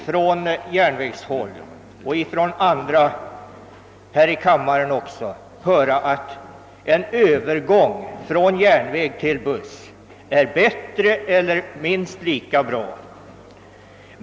Från järn vägshåll och även från talare här i kammaren får man ofta höra att det blir bättre eller åtminstone lika bra om man går över från järnväg till bussar.